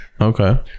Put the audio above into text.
Okay